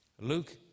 Luke